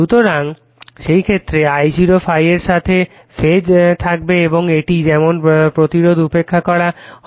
সুতরাং সেই ক্ষেত্রে I0 ∅ এর সাথে ফেজে থাকবে এবং এটি যেমন প্রতিরোধ উপেক্ষা করা হয়